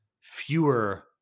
fewer